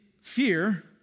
fear